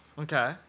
Okay